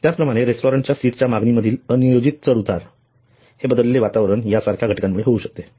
त्याचप्रमाणे रेस्टॉरंटच्या सीटच्या मागणी मधील अनियोजित चढ उतार हे बदललेले वातावरण या सारख्या घटकांमुळे होऊ शकतात